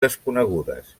desconegudes